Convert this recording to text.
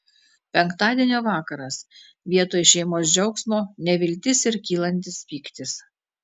penktadienio vakaras vietoj šeimos džiaugsmo neviltis ir kylantis pyktis